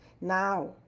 Now